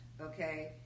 okay